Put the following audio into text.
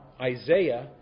Isaiah